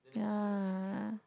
yeah